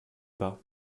pas